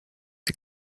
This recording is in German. sie